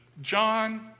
John